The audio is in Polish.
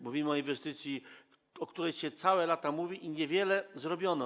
Mówimy o inwestycji, o której się całe lata mówi, a niewiele zrobiono.